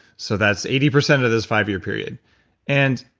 so that's eighty percent of this five-year period and.